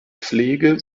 pflege